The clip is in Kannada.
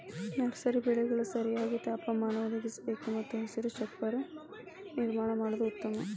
ನರ್ಸರಿ ಬೆಳೆಗಳಿಗೆ ಸರಿಯಾದ ತಾಪಮಾನ ಒದಗಿಸಬೇಕು ಮತ್ತು ಹಸಿರು ಚಪ್ಪರ ನಿರ್ಮಾಣ ಮಾಡುದು ಉತ್ತಮ